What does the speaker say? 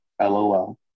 LOL